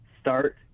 start